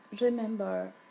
remember